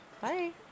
Bye